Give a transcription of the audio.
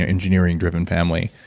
ah engineering driven family.